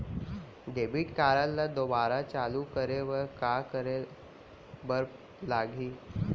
Debit card ला दोबारा चालू करे बर का करे बर लागही?